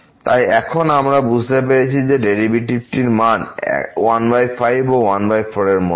তাই এখন আমরা বুঝতে পেরেছি যে ডেরিভেটিভ টির মান 15 ও 14 এর মধ্যে